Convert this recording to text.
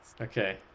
Okay